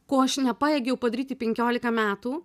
ko aš nepajėgiau padaryti penkiolika metų